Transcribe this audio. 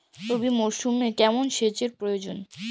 রবি মরশুমে কেমন সেচের প্রয়োজন?